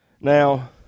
Now